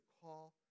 call